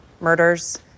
murders